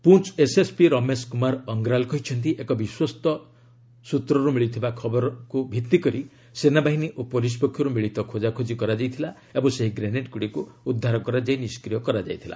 Poonch SSP Ramesh Kumar Angral କହିଛନ୍ତି ଏକ ବିଶ୍ୱସ୍ତ ସୂଚନାକୁ ଭିଭିକରି ସେନାବାହିନୀ ଓ ପୁଲିସ୍ ପକ୍ଷରୁ ମିଳିତ ଖୋଜାଖୋଜି କରାଯାଇଥିଲା ଓ ସେହି ଗ୍ରେନେଡ୍ଗୁଡ଼ିକୁ ଉଦ୍ଧାର କରାଯାଇ ନିଷ୍କ୍ରିୟ କରାଯାଇଥିଲା